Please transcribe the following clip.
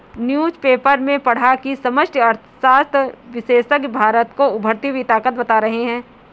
newspaper में पढ़ा की समष्टि अर्थशास्त्र विशेषज्ञ भारत को उभरती हुई ताकत बता रहे हैं